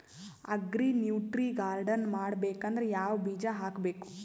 Agri nutri garden ಮಾಡಬೇಕಂದ್ರ ಯಾವ ಬೀಜ ಹಾಕಬೇಕು?